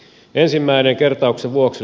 ensimmäinen kertauksen vuoksi